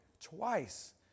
Twice